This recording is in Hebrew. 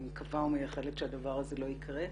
אני מקווה ומייחלת שהדבר הזה לא יקרה.